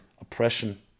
oppression